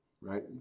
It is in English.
right